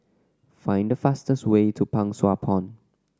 find the fastest way to Pang Sua Pond